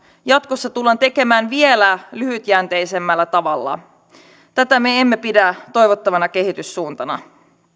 jatkossa tekemään vielä lyhytjänteisemmällä tavalla tätä me emme pidä toivottavana kehityssuuntana